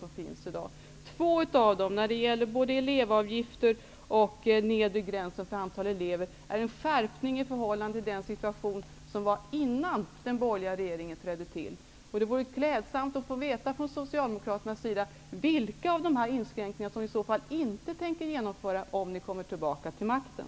Två av dem, nämligen när det gäller elevavgifter och en nedre gräns för antalet elever, innebär en skärpning i förhållande till den situation som gällde innan den borgerliga regeringen tillträdde. Det vore klädsamt om vi från den socialdemokratiska sidan fick höra vilka inskränkningar som ni inte tänker genomföra, om ni kommer tillbaka till makten.